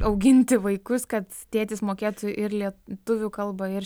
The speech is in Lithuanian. auginti vaikus kad tėtis mokėtų ir lietuvių kalbą ir